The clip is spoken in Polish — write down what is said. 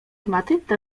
matylda